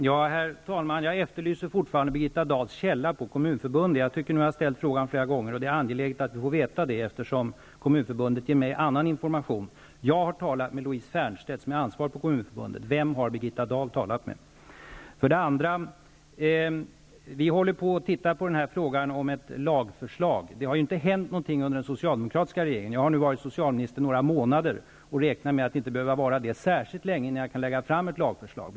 Herr talman! Jag efterlyser fortfarande Birgitta Dahls källa på Kommunförbundet. Jag har ställt frågan flera gånger, och det är angeläget att få veta det, eftersom Kommunförbundet ger mig annan information. Jag har talat med Louise Fernstedt, som är ansvarig på Kommunförbundet. Vem har Birgitta Dahl talat med? Vi håller på att titta på frågan om ett lagförslag. Det har inte hänt någonting under den socialdemo kratiska regeringstiden. Jag har nu varit socialmi nister några månader och räknar med att inte be höva vara det särskilt länge innan jag kan lägga fram ett lagförslag.